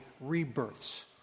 rebirths